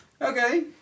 okay